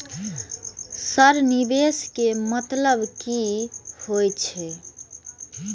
Sir निवेश के मतलब की हे छे?